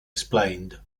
explained